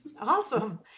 Awesome